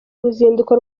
ruzinduko